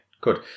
good